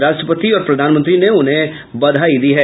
राष्ट्रपति और प्रधानमंत्री ने उन्हें बधाई दी है